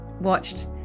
watched